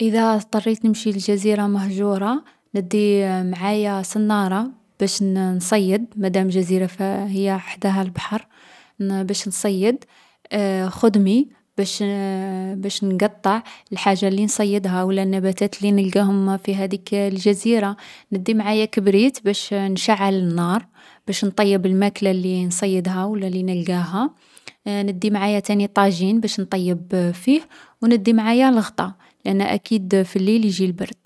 ﻿اذا اضطريت ان اذهب الى جزيرة مهجورة، ندي معايا صنارة باش نصيد مدام جزيرة، فهي حداها البحر. ن-باش نصيد خدمي باش باش نقطع الحاجة اللي نصيدها ولا النباتات اللي نلقاهم في هذيك الجزيرة. ندي معايا كبريت باش نشعل النار، باش نطيب الماكلة اللي نصيدها ولا اللي نلقاها. ندي معايا تاني طاجين باش نطيب فيه، وندي معايا الغطا لان اكيد في الليل يجي البرد.